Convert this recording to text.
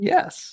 Yes